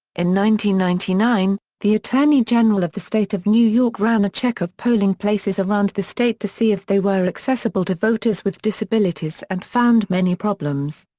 ninety ninety nine, the attorney general of the state of new york ran a check of polling places around the state to see if they were accessible to voters with disabilities and found many problems.